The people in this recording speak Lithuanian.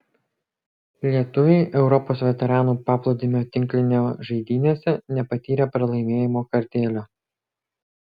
lietuviai europos veteranų paplūdimio tinklinio žaidynėse nepatyrė pralaimėjimo kartėlio